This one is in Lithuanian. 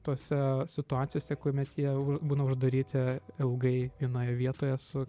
tose situacijose kuomet jie būna uždaryti ilgai vienoje vietoje su